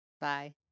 bye